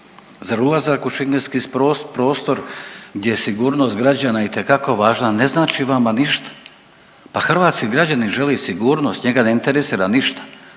Zar ulazak u šengenski prostor gdje sigurnost građana itekako važna, ne znači vama ništa? Pa hrvatski građani žele sigurnost, njega ne interesira ništa.